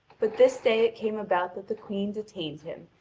but this day it came about that the queen detained him,